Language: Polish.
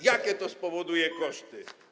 Jakie to spowoduje koszty?